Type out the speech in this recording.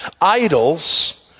idols